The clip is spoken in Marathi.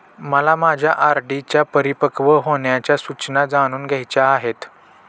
मला माझ्या आर.डी च्या परिपक्व होण्याच्या सूचना जाणून घ्यायच्या आहेत